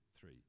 three